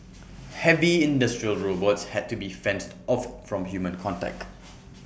heavy industrial robots had to be fenced off from human contact